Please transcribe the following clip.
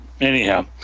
Anyhow